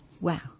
Wow